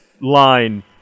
line